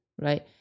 right